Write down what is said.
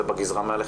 זה בגזרה מעליכם.